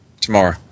Tomorrow